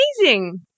amazing